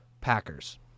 Packers